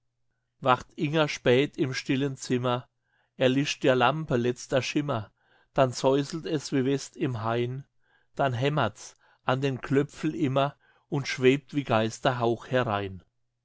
wacht inger spät im stillen zimmer erlischt der lampe letzter schimmer dann säuselt es wie west im hain dann hämmert's an den klöpfel immer und schwebt wie geisterhauch herein